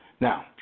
Now